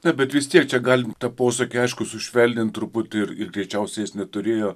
na bet vis tiek čia galim tą posakį aišku sušvelnint truputį ir ir greičiausiai jis neturėjo